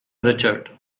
richard